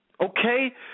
Okay